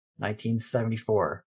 1974